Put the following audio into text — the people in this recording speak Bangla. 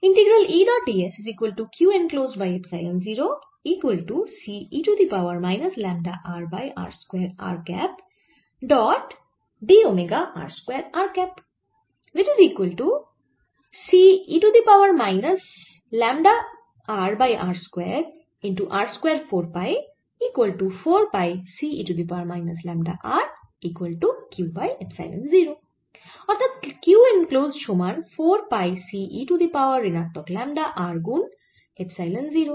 অর্থাৎ Q এনক্লোসড সমান 4 পাই C e to the power ঋণাত্মক ল্যামডা r গুন এপসাইলন 0